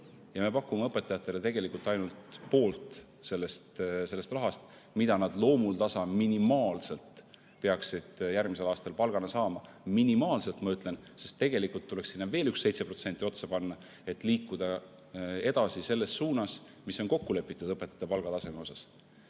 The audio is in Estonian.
Ja meie pakume õpetajatele tegelikult ainult poolt sellest rahast, mida nad loomuldasa minimaalselt peaksid järgmisel aastal palgana saama. Ma ütlen "minimaalselt", sest tegelikult tuleks sinna veel 7% otsa panna, et liikuda edasi selles suunas, mis on kokku lepitud õpetajate palgataseme